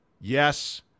Yes